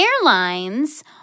airlines